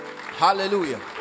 Hallelujah